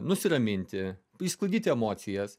nusiraminti išsklaidyti emocijas